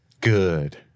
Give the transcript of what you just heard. Good